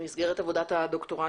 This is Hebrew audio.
קיטום זנב וסירוס כירורגי,